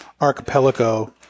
archipelago